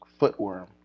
Footworm